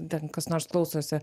ten kas nors klausosi